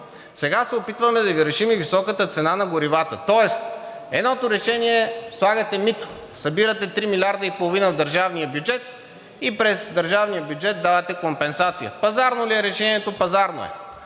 Сега се опитваме да Ви решим и високата цена на горивата. Тоест едното решение е слагате мито, събирате 3,5 млрд. в държавния бюджет и през държавния бюджет давате компенсация. Пазарно ли е решението? Пазарно е.